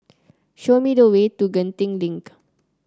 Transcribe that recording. show me the way to Genting Link